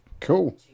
Cool